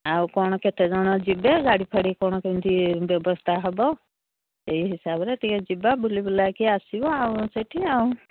ଆଉ କ'ଣ କେତେଜଣ ଯିବେ ଗାଡ଼ି ଫାଡ଼ି କ'ଣ କେମିତି ବ୍ୟବସ୍ଥା ହବ ସେଇ ହିସାବରେ ଟିକେ ଯିବା ବୁଲି ବୁଲାକି ଆସିବା ଆଉ ସେଠି ଆଉ